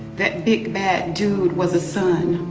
that big, bad dude was a son.